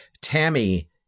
Tammy